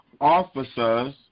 officers